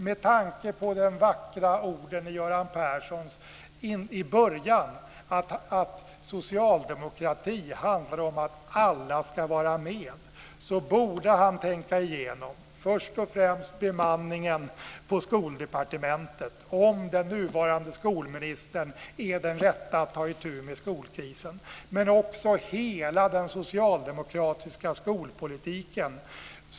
Med tanke på de vackra orden i början från Göran Persson om att socialdemokrati handlar om att alla ska vara med borde han tänka igenom först och främst bemanningen på Skoldepartementet, om den nuvarande skolministern är den rätta att ta itu med skolkrisen, men också hela den socialdemokratiska skolpolitiken.